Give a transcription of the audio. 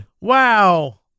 Wow